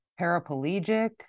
paraplegic